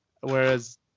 whereas